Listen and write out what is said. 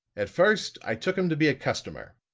at first i took him to be a customer,